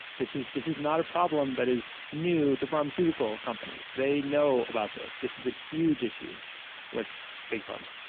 this is this is not a problem that is new to pharmaceutical companies they know about this. this is a huge issue with big pharma